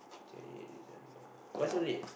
twenty eight December why so late